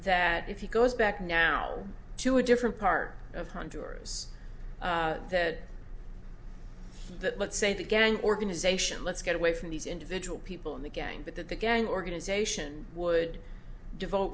that if you goes back now to a different part of hunters that but let's say the gang organization let's get away from these individual people in the gang but that the gang organization would devote